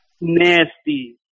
Nasty